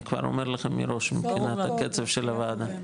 אני כבר אומר לכם מראש מבחינת הקצב של הוועדה.